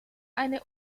eine